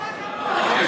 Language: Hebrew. כל הכבוד.